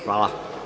Hvala.